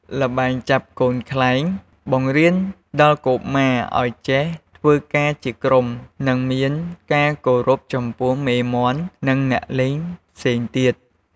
ល្បែងចាប់កូនខ្លែងបង្រៀនដល់កុមារឲ្យចេះធ្វើការជាក្រុម និងមានការគោរពចំពោះមេមាន់ និងអ្នកលេងផ្សេងទៀត។